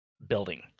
building